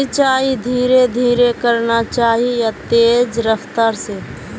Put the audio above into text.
सिंचाई धीरे धीरे करना चही या तेज रफ्तार से?